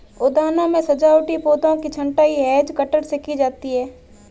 उद्यानों में सजावटी पौधों की छँटाई हैज कटर से की जाती है